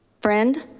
friend.